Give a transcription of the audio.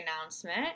announcement